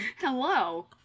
Hello